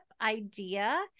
idea